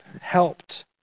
helped